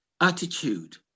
attitude